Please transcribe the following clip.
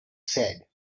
said